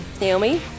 Naomi